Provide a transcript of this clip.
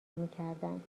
میکردند